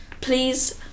please